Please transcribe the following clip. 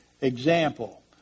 Example